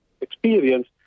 experience